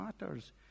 matters